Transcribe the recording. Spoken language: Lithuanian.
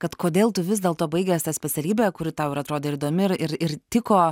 kad kodėl tu vis dėlto baigęs tą specialybę kuri tau ir atrodė ir įdomi ir ir tiko